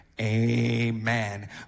Amen